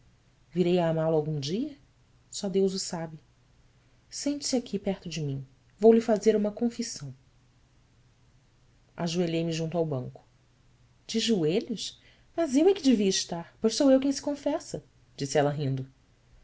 virei a amá-lo algum dia só deus o sabe sente-se aqui perto de mim vou lhe fazer uma confissão ajoelhei-me junto ao banco e joelhos mas eu é que devia estar pois sou eu quem se confessa disse ela rindo